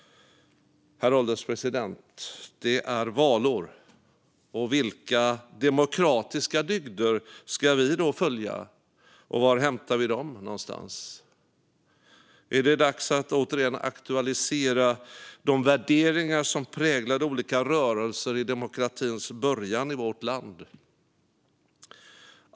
Herr ålderspresident! Det är valår, och vilka demokratiska dygder ska vi då följa? Och var hämtar vi dem? Är det dags att återigen aktualisera de värderingar som präglade olika rörelser i demokratins början i vårt land?